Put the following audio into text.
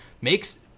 makes